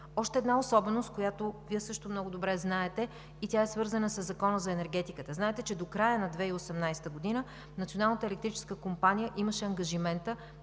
Още една особеност, която Вие също много добре знаете, и тя е свързана със Закона за енергетиката. Знаете, че до края на 2018 г. Националната електрическа компания имаше ангажимента